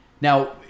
now